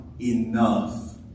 enough